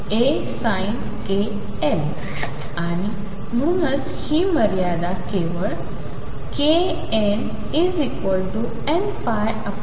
आणि म्हणूनच हि मर्यादा केवळ knnπL